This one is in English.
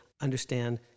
understand